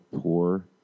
poor